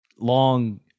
long